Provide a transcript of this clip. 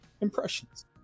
impressions